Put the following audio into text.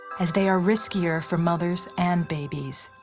as they are riskier for mothers and babies.